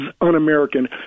un-American